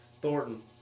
Thornton